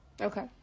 Okay